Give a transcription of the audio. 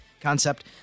concept